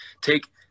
take